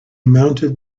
mounted